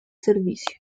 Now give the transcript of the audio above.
servicio